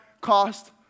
cost